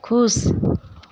खुश